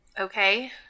okay